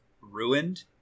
ruined